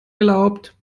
glaubt